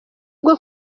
bwo